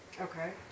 Okay